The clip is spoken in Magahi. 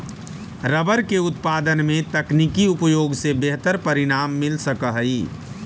रबर के उत्पादन में तकनीकी प्रयोग से बेहतर परिणाम मिल सकऽ हई